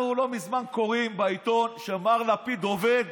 אנחנו לא מזמן קוראים בעיתון שמר לפיד עובד